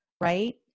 right